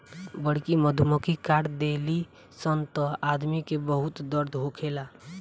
बड़की मधुमक्खी काट देली सन त आदमी के बहुत दर्द होखेला